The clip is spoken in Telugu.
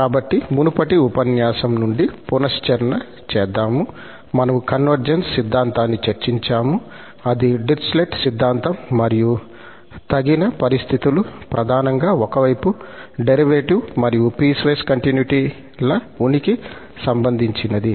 కాబట్టి మునుపటి ఉపన్యాసం నుండి పునశ్చరన చేద్దాము మనము కన్వర్జెన్స్ సిద్ధాంతాన్ని చర్చించాము అది డిరిచ్లెట్ సిద్ధాంతం మరియు తగిన పరిస్థితులు ప్రధానంగా ఒక వైపు డెరివేటివ్ మరియు పీస్ వైస్ కంటిన్యుటీ ల ఉనికి సంబంధించినది